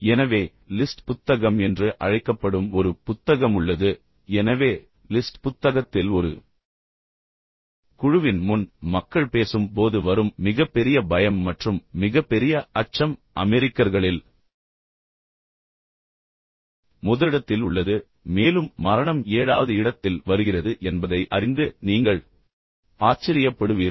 எனவே லிஸ்ட் புத்தகம் என்று அழைக்கப்படும் ஒரு புத்தகம் உள்ளது எனவே லிஸ்ட் புத்தகத்தில் ஒரு குழுவின் முன் மக்கள் பேசும் போது வரும் மிகப்பெரிய பயம் மற்றும் மிகப்பெரிய அச்சம் அமெரிக்கர்களில் முதலிடத்தில் உள்ளது மேலும் மரணம் ஏழாவது இடத்தில் வருகிறது என்பதை அறிந்து நீங்கள் ஆச்சரியப்படுவீர்கள்